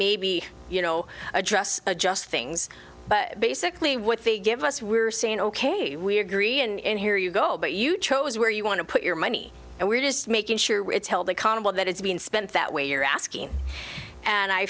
maybe you know address adjust things but basically what they give us we're saying ok we agree and here you go but you chose where you want to put your money and we're just making sure it's held accountable that it's being spent that way you're asking and i